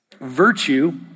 Virtue